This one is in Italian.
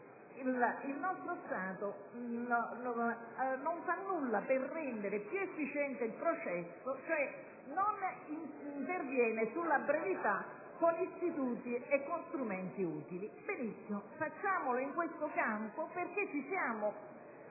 il nostro Stato non fa nulla per rendere più efficiente il processo, cioè non interviene sulla brevità con istituti e strumenti utili. Benissimo, facciamolo, perché siamo